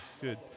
good